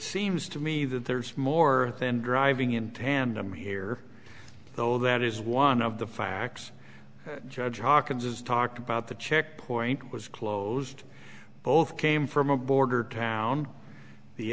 seems to me that there's more than driving in tandem here though that is one of the facts judge hawkins as talked about the checkpoint was close both came from a border town the